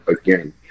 again